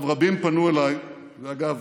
עכשיו, רבים פנו אליי, ואגב,